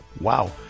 Wow